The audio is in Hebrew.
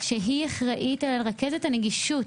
שהיא אחראית, היא רכזת הנגישות